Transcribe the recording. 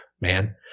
man